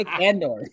Andor